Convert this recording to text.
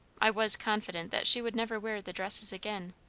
i was confident that she would never wear the dresses again,